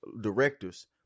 directors